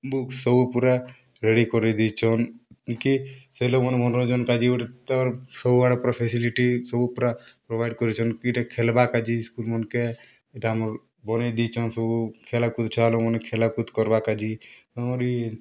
book ସବୁ ପୁରା ready କରେଇ ଦେଇଛନ୍ କି ସେ ଲୋକ୍ମାନେ ମନୋରଞ୍ଜନ କାଜି ଗୋଟେ ତାର ସବୁଆଡ଼େ ପୁରା ଫାସିଲିଟି ସବୁ ପୁରା ପ୍ରୋଭାଇଡ଼୍ କରିଛନ୍ କି ଟା ଖେଲ୍ବା କାଜି ସ୍କୁଲ୍ ମନଙ୍କେ ଇଟା ଆମର୍ ବନେଇ ଦେଇଛନ୍ ସବୁ ଖେଲ୍ କୁଦ ଛୁଆ ଲୋକମାନେ ଖେଲ କୁଦ କର୍ବା କାଜି ଆମର୍